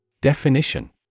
Definition